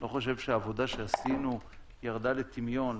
אני לא חושב שהעבודה שעשינו ירדה לטמיון.